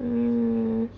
mm